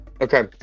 Okay